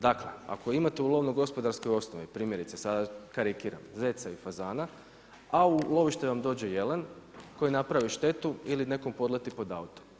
Dakle, ako imate u lovno-gospodarskoj osnovi primjerice sad karikiram zeca i fazana a u lovište vam dođe jelen koji napravi štetu ili nekom podleti pod auto.